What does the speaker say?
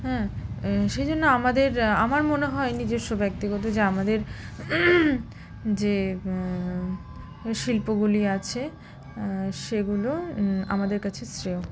হ্যাঁ সেই জন্য আমাদের আমার মনে হয় নিজস্ব ব্যক্তিগত যে আমাদের যে শিল্পগুলি আছে সেগুলো আমাদের কাছে শ্রেয়